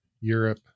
Europe